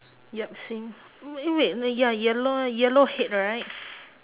yup same wait wait wait ya yellow yellow head right